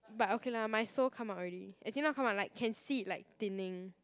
but okay lah my sole come out already as in not come out like can see it like thinning